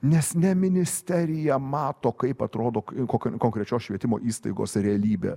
nes ne ministerija mato kaip atrodo k konk konkrečios švietimo įstaigos realybė